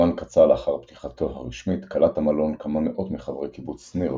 זמן קצר לאחר פתיחתו הרשמית קלט המלון כמה מאות מחברי קיבוץ שניר,